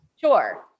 Sure